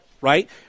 Right